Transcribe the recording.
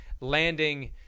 landing